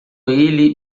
ele